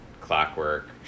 Clockwork